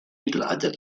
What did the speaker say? mittelalter